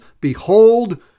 behold